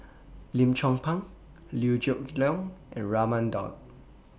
Lim Chong Pang Liew Geok Leong and Raman Daud